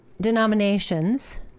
denominations